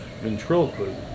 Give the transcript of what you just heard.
ventriloquism